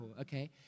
okay